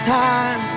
time